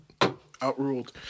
outruled